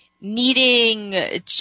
needing